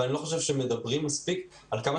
אבל אני לא חושב שמדברים מספיק על כמה